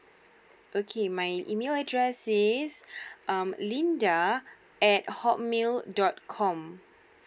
okay my email address is um linda at hotmail dot com